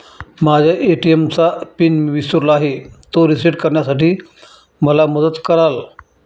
माझ्या ए.टी.एम चा पिन मी विसरलो आहे, तो रिसेट करण्यासाठी मला मदत कराल?